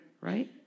right